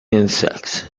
insects